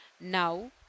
Now